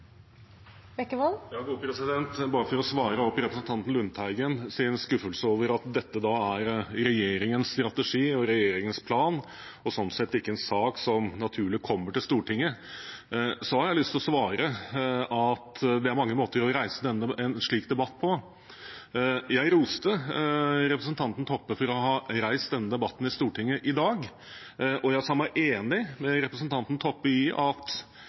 regjeringens strategi og regjeringens plan, og sånn sett ikke en sak som naturlig kommer til Stortinget, har jeg lyst til å si at det er mange måter å reise en slik debatt på. Jeg roste representanten Toppe for å ha reist denne debatten i Stortinget i dag, og jeg sa meg enig med representanten Toppe i at